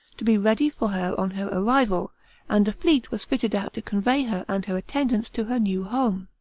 to be ready for her on her arrival and a fleet was fitted out to convey her and her attendants to her new home.